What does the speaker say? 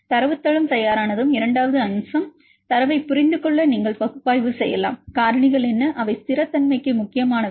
தரவுத்தளம் தயாரானதும் இரண்டாவது அம்சம் தரவைப் புரிந்துகொள்ள நீங்கள் பகுப்பாய்வு செய்யலாம் காரணிகள் என்ன அவை ஸ்திரத்தன்மைக்கு முக்கியமானவை